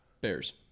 Bears